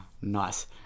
Nice